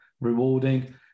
rewarding